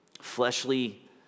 Fleshly